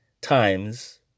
times